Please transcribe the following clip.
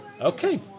Okay